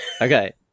okay